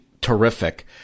terrific